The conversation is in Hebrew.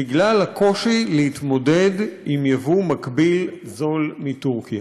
בגלל הקושי להתמודד עם יבוא מקביל זול מטורקיה.